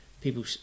people